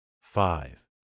Five